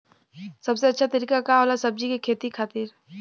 सबसे अच्छा तरीका का होला सब्जी के खेती खातिर?